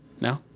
no